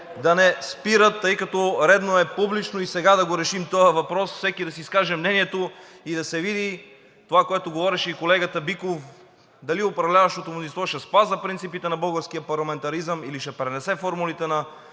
да не спират, тъй като е редно публично и сега да решим този въпрос, всеки да си изкаже мнението и да се види, което говореше и колегата Биков, дали управляващото мнозинство ще спазва принципите на българския парламентаризъм, или ще пренесе формулите на